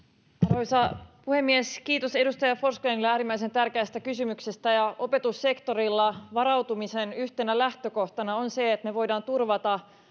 arvoisa puhemies kiitos edustaja forsgrenille äärimmäisen tärkeästä kysymyksestä opetussektorilla varautumisen yhtenä lähtökohtana on se että me voimme turvata